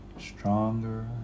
Stronger